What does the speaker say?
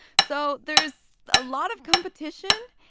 so there's a lot of competition,